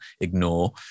ignore